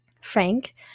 Frank